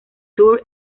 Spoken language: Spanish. tour